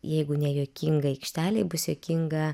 jeigu nejuokinga aikštelėj bus juokinga